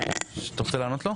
אתה רוצה לענות לו?